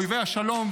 "אויבי השלום",